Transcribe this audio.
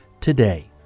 today